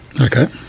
Okay